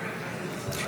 נתקבלה.